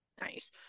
Nice